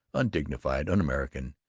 undignified, un-american,